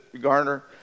Garner